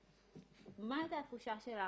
מה הייתה התחושה שלך?